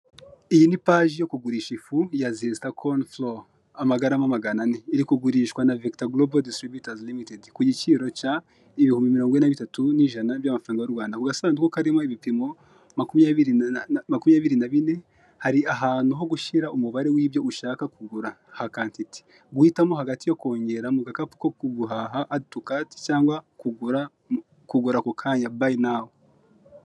Iyi ni paji yo kugurisha ifu ya zesita koni folo amagarama magana ane, iri kugurishwa na Vekita golobo disitiribitazi limitedi ku giciro cy'ibihumi mirongo ine na bitatu n'amafaranga ijana by'amafaranga y'u Rwanda, ku gasanduku kariho ibipimo makumyabiri na bine hari ahantu ho gushyira umubare w'ibyo ushaka kugura ha kantite, guhitamo hagati yo kongera mu gakapu ko guhaha adi tu kati cyangwa kugura ako kanya rayiti nawu.